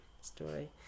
story